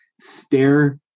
stare